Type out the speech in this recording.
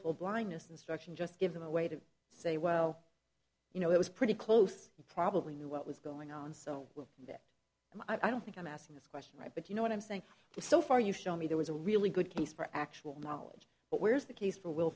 willful blindness instruction just give them a way to say well you know it was pretty close you probably knew what was going on so well that i don't think i'm asking this question right but you know what i'm saying so far you show me there was a really good case for actual knowledge but where's the case for will